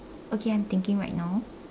okay I'm thinking right now